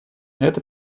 это